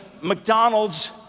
McDonald's